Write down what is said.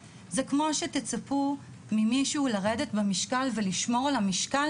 זה כמו שתצפו ממישהו לרדת במשקל ולשמור על המשקל